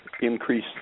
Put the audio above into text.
increase